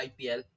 IPL